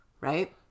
Right